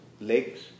legs